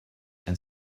and